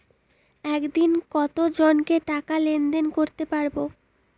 একদিন কত জনকে টাকা লেনদেন করতে পারবো?